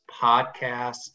podcast